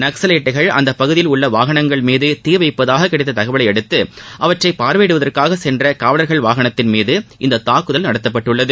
நக்ஸலைட்கள் அப்பகுதியில் உள்ள வாகனங்கள் மீது தீ வைப்பதாக கிடைத்த தகவலை அடுத்து அவற்றை பார்வையிடுவதற்காக சென்ற காவலர்கள் வாகனத்தின் மீது இந்த தாக்குதல் நடத்தப்பட்டுள்ளது